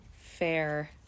fair